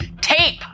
tape